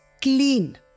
clean